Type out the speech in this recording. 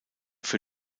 für